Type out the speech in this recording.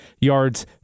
yards